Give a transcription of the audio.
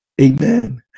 Amen